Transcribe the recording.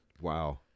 wow